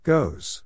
Goes